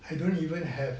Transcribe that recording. I don't even have